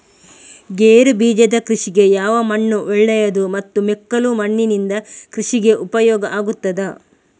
ಗೇರುಬೀಜದ ಕೃಷಿಗೆ ಯಾವ ಮಣ್ಣು ಒಳ್ಳೆಯದು ಮತ್ತು ಮೆಕ್ಕಲು ಮಣ್ಣಿನಿಂದ ಕೃಷಿಗೆ ಉಪಯೋಗ ಆಗುತ್ತದಾ?